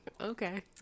okay